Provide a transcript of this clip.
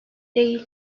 değil